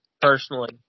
personally